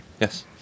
Yes